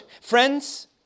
Friends